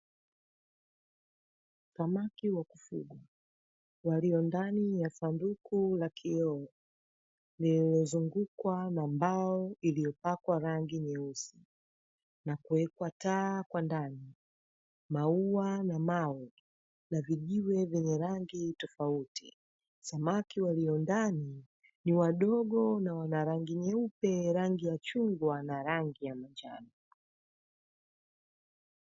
Samaki wa kufugwa walio ndani ya sanduku la kioo, lililozungukwa na mbao iliyopakwa rangi nyeusi na kuwekwa taa kwa ndani, maua na mawe na vijiwe vyenye rangi tofauti. Samaki walio ndani ni wadogo na wana rangi nyeupe, rangi ya chungwa na rangi ya manjano.